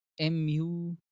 MU